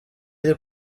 iri